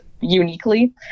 uniquely